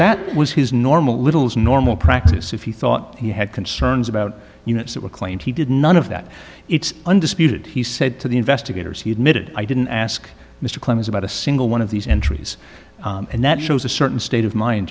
that was his normal little's normal practice if he thought he had concerns about units that were claimed he did none of that it's undisputed he said to the investigators he admitted i didn't ask mr clemens about a single one of these entries and that shows a certain state of mind